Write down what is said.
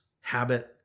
habit